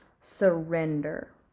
surrender